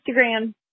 Instagram